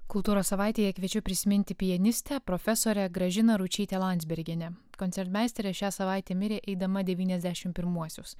kultūros savaitėje kviečiu prisiminti pianistę profesorę gražiną ručytę landsbergienę koncertmeisterė šią savaitę mirė eidama devyniasdešim pirmuosius